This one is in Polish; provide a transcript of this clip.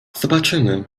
zobaczymy